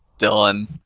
dylan